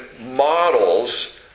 models